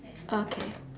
okay